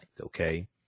Okay